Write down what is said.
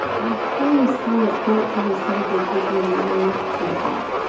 i'm curious how it felt to receive the cake when you were drinking